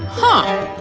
huh?